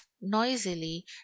noisily